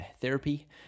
therapy